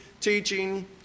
teaching